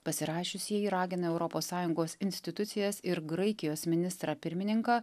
pasirašiusieji ragina europos sąjungos institucijas ir graikijos ministrą pirmininką